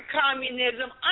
communism